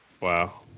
Wow